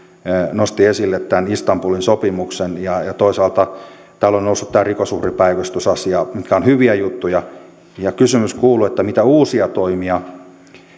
nostivat esille tämän istanbulin sopimuksen ja ja toisaalta täällä on noussut tämä rikosuhripäivystys asia nämä ovat hyviä juttuja ja kysymys kuuluu mitä uusia toimia